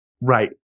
right